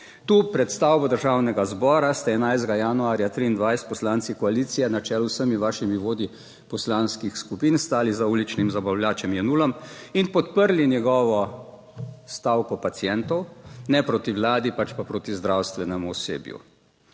Tu pred stavbo Državnega zbora ste 11. januarja 2023 poslanci koalicije na čelu z vsemi vašimi vodji poslanskih skupin stali za uličnim zabavljačem Jenullom in podprli njegovo stavko pacientov, ne proti Vladi, pač pa proti zdravstvenemu osebju.